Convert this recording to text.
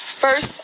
First